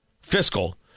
fiscal